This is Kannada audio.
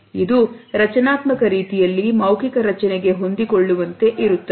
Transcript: ಇದು ರಚನಾತ್ಮಕ ರೀತಿಯಲ್ಲಿ ಮೌಖಿಕ ರಚನೆಗೆ ಹೊಂದಿಕೊಳ್ಳುವಂತೆ ಇರುತ್ತದೆ